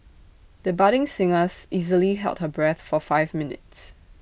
the budding singers easily held her breath for five minutes